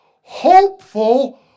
Hopeful